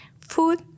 Food